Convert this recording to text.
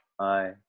hi